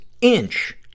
inch